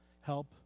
help